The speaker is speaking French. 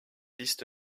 liste